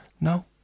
No